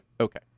Okay